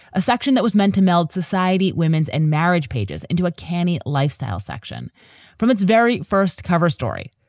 a section that was meant to meld society women's and marriage pages into a canny lifestyle section from its very first cover story,